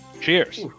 Cheers